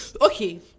okay